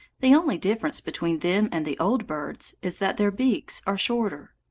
the only difference between them and the old birds is that their beaks are shorter.